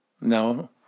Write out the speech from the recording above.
No